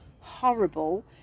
horrible